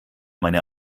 meine